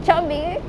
chubby